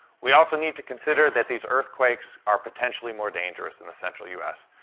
we also need to consider that these earthquakes are potentially more dangerous in the central u s.